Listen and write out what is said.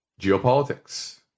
geopolitics